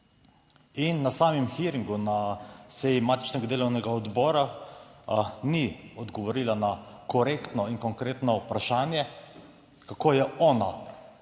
In na samem hearingu, na seji matičnega delovnega odbora ni odgovorila na korektno in konkretno vprašanje, kako je ona